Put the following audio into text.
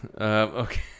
Okay